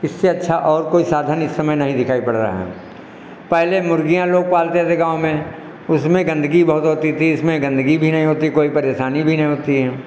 इससे अच्छा और कोई साधन इस समय नहीं दिखाई पड़ रहा हैं पहले मुर्गियाँ लोग पालते थे गाँव में उसमें गंदगी बहुत होती थी इसमें गंदगी भी नहीं होती कोई परेशानी भी नहीं होती है